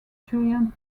julian